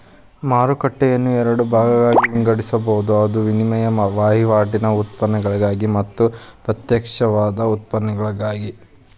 ಮಾರುಕಟ್ಟೆಯನ್ನ ಎರಡ ಭಾಗಾಗಿ ವಿಂಗಡಿಸ್ಬೊದ್, ಅದು ವಿನಿಮಯ ವಹಿವಾಟಿನ್ ಉತ್ಪನ್ನಗಳಿಗೆ ಮತ್ತ ಪ್ರತ್ಯಕ್ಷವಾದ ಉತ್ಪನ್ನಗಳಿಗೆ